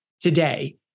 today